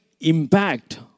impact